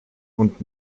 und